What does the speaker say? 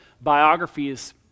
biographies